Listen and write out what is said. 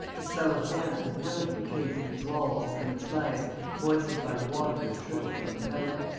a smell of damp and mildew came from its walls and from its flags moistened by the water that trickled from without.